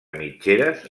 mitgeres